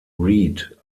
reed